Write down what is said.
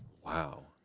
Wow